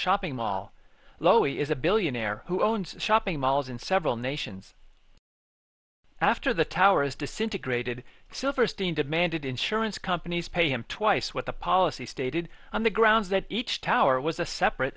shopping mall lo is a billionaire who owns shopping malls in several nations after the towers disintegrated silverstein demanded insurance companies pay him twice what the policy stated on the grounds that each tower was a separate